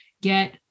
get